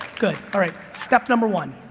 good, all right, step number one.